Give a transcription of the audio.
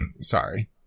sorry